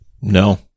No